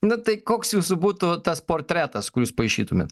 na tai koks jūsų būtų tas portretas kur jūs paišytumėt